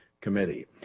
Committee